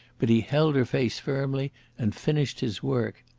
but he held her face firmly and finished his work.